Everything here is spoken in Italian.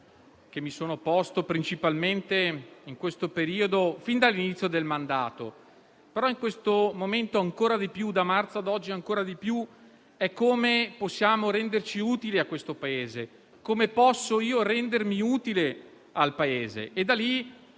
che mi sono posto principalmente in questo periodo, fin dall'inizio del mandato, ma ancora di più da marzo a oggi, è come possiamo renderci utili a questo Paese, come posso io rendermi utile al Paese.